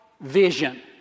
vision